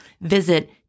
Visit